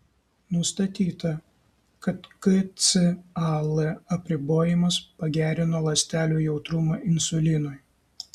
nustatyta kad kcal apribojimas pagerino ląstelių jautrumą insulinui